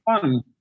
fun